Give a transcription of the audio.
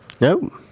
Nope